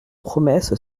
promesse